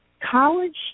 College